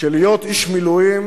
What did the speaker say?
שלהיות איש מילואים,